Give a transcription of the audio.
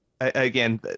again